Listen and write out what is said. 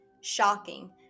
shocking